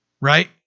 Right